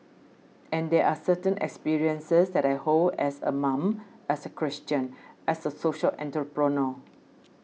and there are certain experiences that I hold as a mom as a Christian as a social entrepreneur